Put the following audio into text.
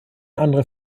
andere